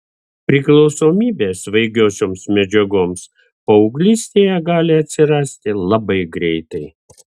priklausomybė svaigiosioms medžiagoms paauglystėje gali atsirasti labai greitai